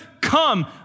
come